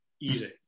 Easy